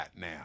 now